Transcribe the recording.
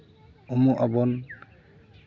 ᱩᱢᱩᱜ ᱟᱵᱚᱱ